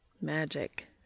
Magic